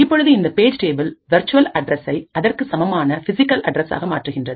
இப்பொழுது இந்தபேஜ் table virtual அட்ரஸைஅதற்கு சமமான பிசிகல்அட்ரஸ்சாக மாற்றுகின்றது